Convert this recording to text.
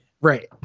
Right